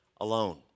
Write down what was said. alone